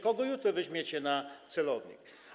Kogo jutro weźmiecie na celownik?